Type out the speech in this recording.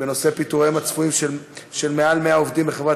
בנושא פיטוריהם הצפויים של יותר מ-100 עובדים בחברת